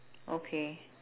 okay